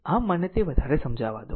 આમ મને તે વધારે સમજાવા દો